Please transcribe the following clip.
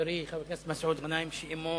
חברי חבר הכנסת מסעוד גנאים שאמו